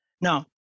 Now